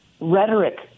rhetoric